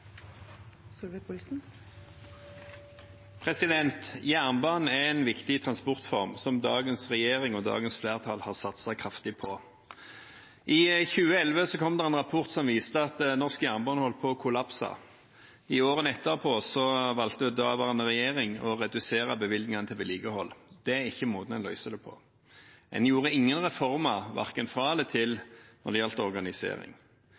en viktig transportform som dagens regjering og dagens flertall har satset kraftig på. I 2011 kom det en rapport som viste at norsk jernbane holdt på å kollapse. I årene etterpå valgte den daværende regjeringen å redusere bevilgningene til vedlikehold. Det er ikke måten en løser det på. Det kom ingen reformer, verken fra eller til, når det gjaldt organisering.